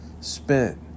spent